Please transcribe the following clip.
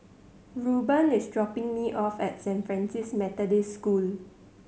Ruben is dropping me off at Saint Francis Methodist School